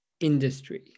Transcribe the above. industry